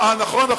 נכון.